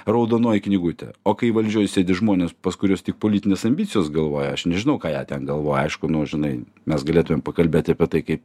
raudonoji knygutė o kai valdžioj sėdi žmonės pas kuriuos tik politinės ambicijos galvoje aš nežinau ką jie ten galvoja aišku nu žinai mes galėtumėm pakalbėti apie tai kaip